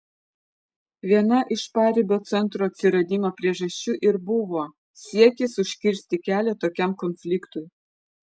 viena iš paribio centro atsiradimo priežasčių ir buvo siekis užkirsti kelią tokiam konfliktui